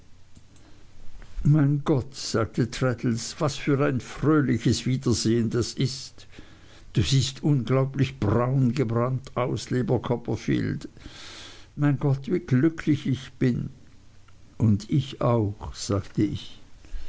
mein gott sagte traddles was für ein fröhliches wiedersehen das ist du siehst unglaublich braun gebrannt aus lieber copperfield mein gott wie glücklich bin ich und ich auch sagte ich